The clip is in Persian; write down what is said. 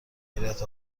حیرت